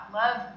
love